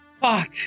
Fuck